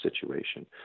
situation